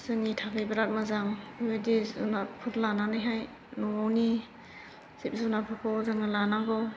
जोंनि थाखाय बिराद मोजां बेबायदि जुनादफोर लानानैहाय न'नि जिब जुनादफोरखौ जोङो लानांगौ